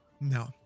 No